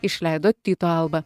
išleido tyto alba